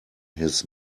his